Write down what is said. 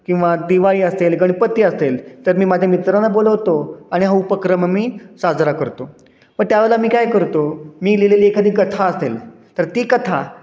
किंवा दिवाळी असेल गणपती असेल तर मी माझ्या मित्रांना बोलवतो आणि हा उपक्रम मी साजरा करतो पण त्यावेळेला मी काय करतो मी लिहिलेली एखादी कथा असेल तर ती कथा